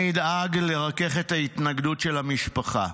אני אדאג לרכך את ההתנגדות של המשפחה.